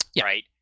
Right